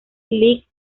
league